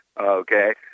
okay